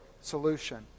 solution